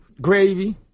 gravy